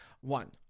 one